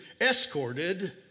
escorted